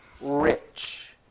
rich